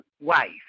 wife